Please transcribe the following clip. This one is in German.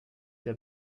der